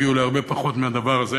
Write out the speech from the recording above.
הגיעו להרבה פחות מהדבר הזה,